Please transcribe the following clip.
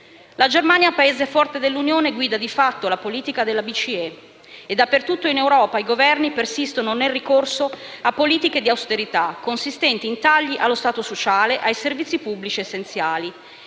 La Germania, Paese forte dell'Unione, guida di fatto la politica della BCE. Dappertutto in Europa i Governi persistono nel ricorso a politiche di austerità consistenti in tagli allo Stato sociale e ai servizi pubblici essenziali.